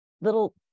little